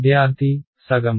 విద్యార్థి సగం